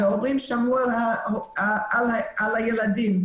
והורים שמרו על הילדים,